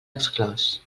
exclòs